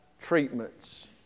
treatments